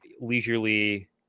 leisurely